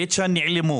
בית שאן נעלמו,